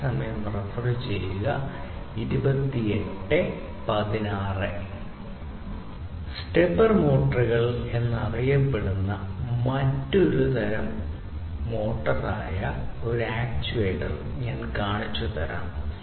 stepper motor എന്നറിയപ്പെടുന്ന മറ്റൊരു തരം മോട്ടോർ ആയ മറ്റൊരു ആക്റ്റുവേറ്റർ ഞാൻ കാണിച്ചുതരാം